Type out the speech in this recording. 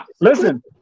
listen